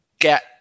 get